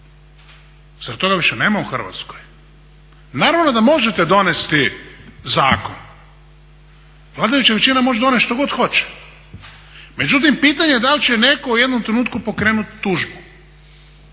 Zar toga više nema u Hrvatskoj? Naravno da možete donijeti zakon, vladajuća većina može donijeti što god hoće, međutim pitanje je da li će netko u jednom trenutku pokrenuti tužbu.